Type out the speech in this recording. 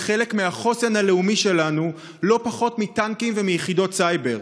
היא חלק מהחוסן הלאומי שלנו לא פחות מטנקים ומיחידות סייבר.